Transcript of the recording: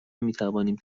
میتوانیم